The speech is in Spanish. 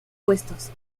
puestos